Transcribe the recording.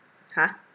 !huh!